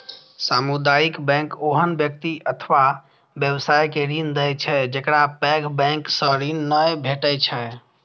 सामुदायिक बैंक ओहन व्यक्ति अथवा व्यवसाय के ऋण दै छै, जेकरा पैघ बैंक सं ऋण नै भेटै छै